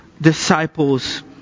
disciples